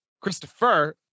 christopher